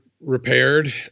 repaired